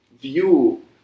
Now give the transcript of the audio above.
view